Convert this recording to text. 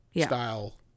style